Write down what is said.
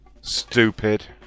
Stupid